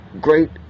great